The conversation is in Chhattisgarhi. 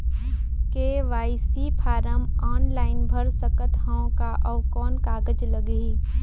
के.वाई.सी फारम ऑनलाइन भर सकत हवं का? अउ कौन कागज लगही?